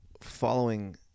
following